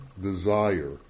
desire